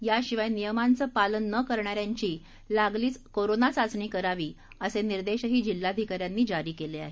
याशिवाय नियमांचं पालन न करणाऱ्यांची लागलीच कोरोना चाचणी करावी असे निर्देशही जिल्हाधिकाऱ्यांनी जारी केले आहेत